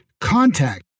contact